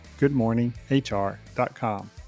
goodmorninghr.com